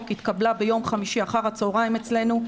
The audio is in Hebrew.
התקבל ביום חמישי אחר הצוהריים אצלנו.